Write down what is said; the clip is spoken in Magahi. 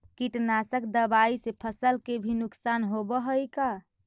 कीटनाशक दबाइ से फसल के भी नुकसान होब हई का?